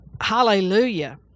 hallelujah